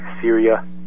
syria